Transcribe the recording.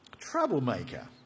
troublemaker